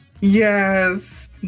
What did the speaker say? Yes